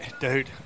Dude